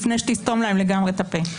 -- לפני שתסתום להם לגמרי את הפה.